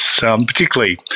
particularly